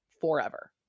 forever